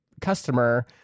customer